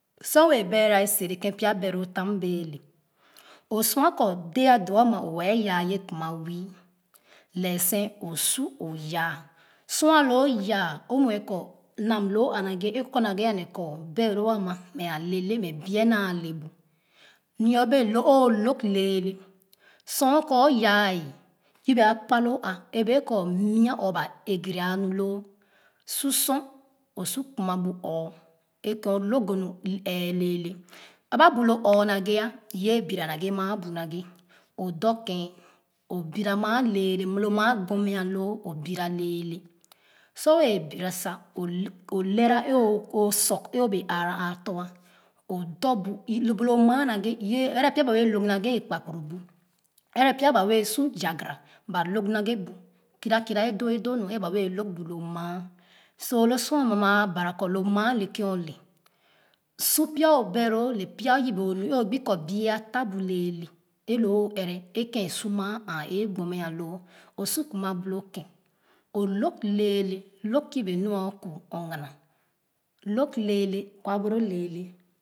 Sor wɛɛ beera ye sere ken pya obeloo tam wɛɛ le o sua kɔ dee a doo ama mɛ wɛɛ yaa ye kuma wii lɛɛh sen o su o yaa sor alo oyaa o muɛ kɔ namloo a naghɛ e kɔ naghe ane kɔ beloo ama mɛ alele mɛ bie naa le bu nyo bee lo o log lɛɛrɛ sor kɔ o yaa yebe akpaloo a ebee kɔ mia or ba ɛgaraz nu loo su sor o su kuma bu ɔɔ e ken o log o nu ɛɛrɛ lɛɛlɛ aba bu lo ɔɔ naghɛ i wee bora naghe maa bu naghe o de kee o bira maa lɛɛrɛ lo maaa gbon mɛ a lo o bira lɛɛrɛ su wɛɛ bira sa o log o lɛla e o soak e-obee aara aa tɔ dorbu oda bu lo maa naghɛ o ye ɛrɛ pya ba wɛɛ log naghe e kpa kuni bu ɛrɛ pya bawɛɛ su yaganra log naghe bu kerakera o doodoo nu be ba wɛɛ log bu lo maa so lo sor ama ma bara kɔ lo maa le ken o lee su pya o beloo le pya yebe o gba kɔ bue atabu lɛɛrɛ le lo o ɛrɛ e ken e su maa aa e gbonmɛ aloo o su kumo bu lo ken o log lɛɛrɛ log yebe nor o kuu ɔgana log lɛɛrɛ kwa ba loo lɛɛrɛ